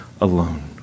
alone